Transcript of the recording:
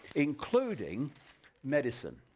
including medicine,